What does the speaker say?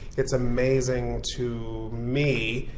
it's amazing to me,